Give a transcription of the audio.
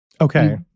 Okay